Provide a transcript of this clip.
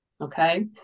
Okay